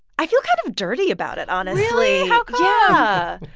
i feel kind of dirty about it, honestly really? how come? yeah,